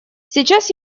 сейчас